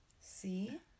see